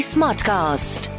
Smartcast